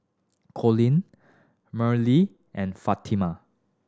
Colon Merrilee and Fatima